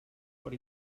per